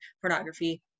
pornography